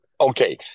Okay